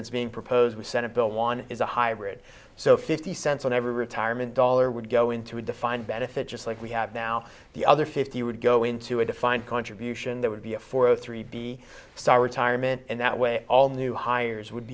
that's being proposed the senate bill one is a hybrid so fifty cents on every retirement dollar would go into a defined benefit just like we have now the other fifty would go into a defined contribution that would be a four zero three b star retirement and that way all new hires would